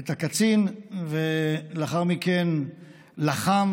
את הקצין, ולאחר מכן לחם